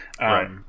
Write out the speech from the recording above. Right